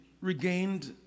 regained